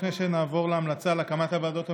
לפני שנעבור להמלצה על הקמת הוועדות המיוחדות,